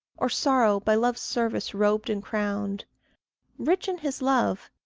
or sorrow by love's service robed and crowned rich in his love,